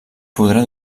podrà